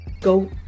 go